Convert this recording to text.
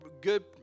good